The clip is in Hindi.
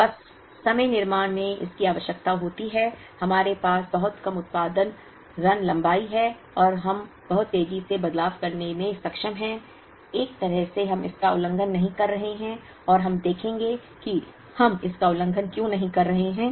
बस समय निर्माण में इसकी आवश्यकता होती है हमारे पास बहुत कम उत्पादन रन लंबाई है और हम बहुत तेज़ी से बदलाव करने में सक्षम हैं एक तरह से हम इसका उल्लंघन नहीं कर रहे हैं और हम देखेंगे कि हम इसका उल्लंघन क्यों नहीं कर रहे हैं